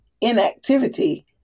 inactivity